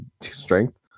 strength